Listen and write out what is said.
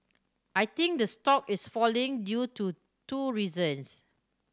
I think the stock is falling due to two reasons